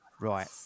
right